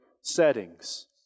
settings